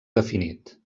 definit